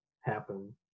happen